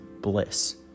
bliss